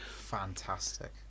fantastic